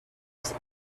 was